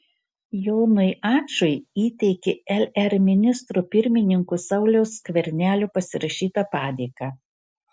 jonui ačui įteikė lr ministro pirmininko sauliaus skvernelio pasirašytą padėką